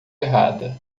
errada